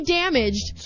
damaged